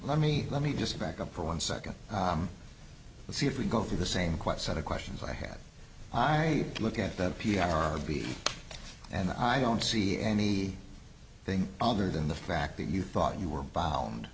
let me let me just back up for one second and see if we go through the same quote set of questions i had i look at the p r and i don't see any thing other than the fact that you thought you were bo